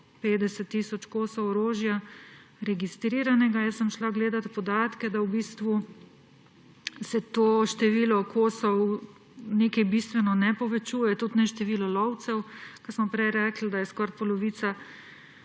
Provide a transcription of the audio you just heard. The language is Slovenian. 150 tisoč kosov orožja. Jaz sem šla gledat podatke, da se v bistvu to število kosov bistveno ne povečuje, tudi ne število lovcev, ko smo prej rekli, da je skoraj polovica